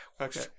Okay